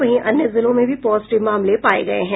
वहीं अन्य जिलों में भी पॉजिटिव मामले पाये गये हैं